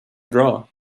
draw